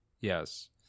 Yes